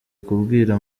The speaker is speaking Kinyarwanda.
kubwira